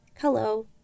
Hello